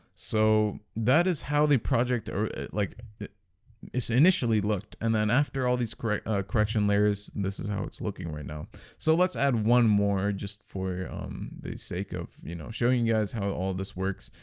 so that is how the project or like it it's initially looked and then after all these correct correction layers this is how it's looking right now so let's add one more just for the sake of you know showing you guys how all this works?